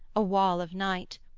a wall of night,